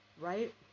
right